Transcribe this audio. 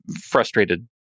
frustrated